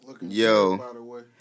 Yo